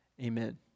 Amen